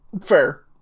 Fair